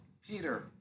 Peter